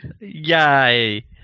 Yay